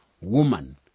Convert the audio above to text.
Woman